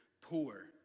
poor